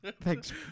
Thanks